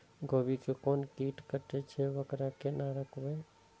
गोभी के कोन कीट कटे छे वकरा केना रोकबे?